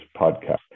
podcast